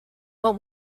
well